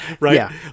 right